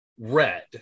red